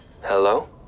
Hello